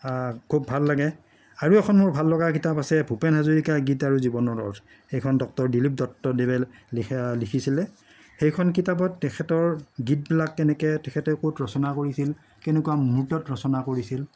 খুব ভাল লাগে আৰু এখন মোৰ ভাল লগা কিতাপ আছে ভূপেন হাজৰিকাৰ গীত আৰু জীৱনৰ অৰ্থ সেইখন ডক্টৰ দিলীপ দত্তদেৱে লিখে লিখিছিলে সেইখন কিতাপত তেখেতৰ গীতবিলাক কেনেকে তেখেতে ক'ত ৰচনা কৰিছিল কেনেকুৱা মুহূৰ্তত ৰচনা কৰিছিল